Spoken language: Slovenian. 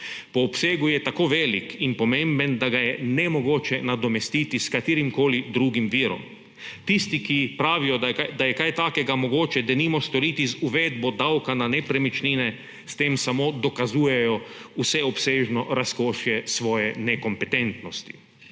Po obsegu je tako velik in pomemben, da ga je nemogoče nadomestiti s katerimkoli drugim virom. Tisti, ki pravijo, da je kaj takega mogoče, denimo, storiti z uvedbo davka na nepremičnine, s tem samo dokazujejo vseobsežno razkošje svoje nekompetentnosti.